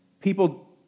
people